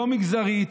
לא מגזרית,